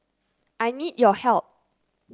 I need your help